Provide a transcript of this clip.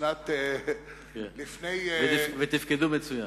ותפקדו מצוין.